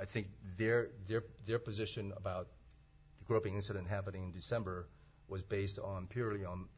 i think they're there their position about the groping incident happening in december was based on purely on the